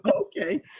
okay